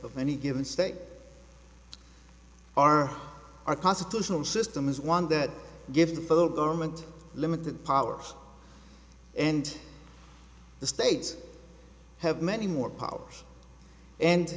of any given state or our constitutional system is one that gives the federal government limited powers and the states have many more powers and